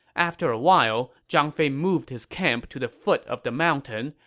after a while, zhang fei moved his camp to the foot of the mountain,